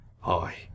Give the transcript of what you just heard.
Hi